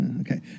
Okay